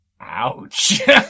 Ouch